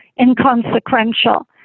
inconsequential